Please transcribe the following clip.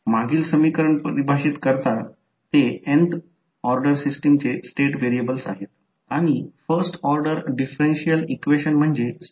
येथे ही पहिली कॉइल आहे डॉटमध्ये करंट येत आहे दुसऱ्या कॉइलमध्ये देखील तोच करंट i डॉटमध्ये प्रवेश करत आहे याचा अर्थ चिन्ह असावे